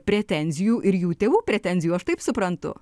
pretenzijų ir jų tėvų pretenzijų aš taip suprantu